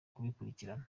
kubikurikirana